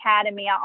Academy